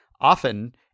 often